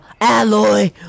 alloy